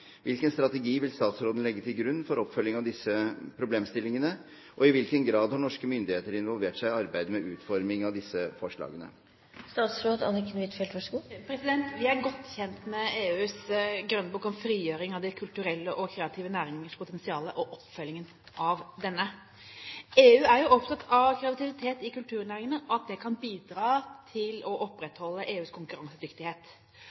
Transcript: Hvilken strategi vil statsråden legge til grunn for oppfølgingen av disse problemstillingene, og i hvilken grad har norske myndigheter involvert seg i arbeidet med utformingen av disse forslagene?» Vi er godt kjent med EUs grønnbok om Frigjøring av de kulturelle og kreative næringers potensial og oppfølgingen av denne. EU er opptatt av at kreativiteten i kulturnæringene kan bidra til å